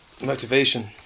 motivation